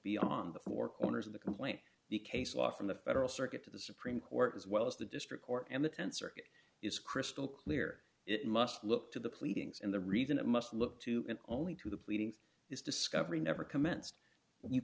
beyond the four corners of the complaint the case law from the federal circuit to the supreme court as well as the district court and the th circuit is crystal clear it must look to the pleadings and the reason it must look to and only to the pleadings is discovery never commenced you